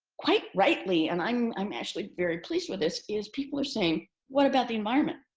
quite rightly, and i'm i'm actually very pleased with this, is people are saying what about the environment?